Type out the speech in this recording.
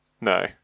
no